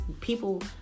people